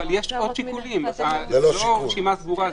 אבל יש עוד שיקולים, זו לא רשימה סגורה.